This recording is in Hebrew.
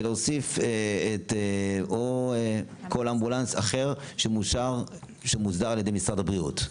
ולהוסיף את "או כל אמבולנס אחר שמאושר על ידי משרד הבריאות".